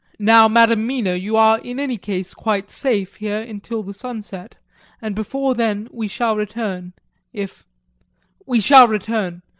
now, madam mina, you are in any case quite safe here until the sunset and before then we shall return if we shall return!